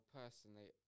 personally